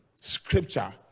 scripture